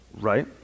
right